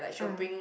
ah